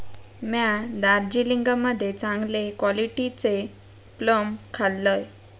म्या दार्जिलिंग मध्ये चांगले क्वालिटीचे प्लम खाल्लंय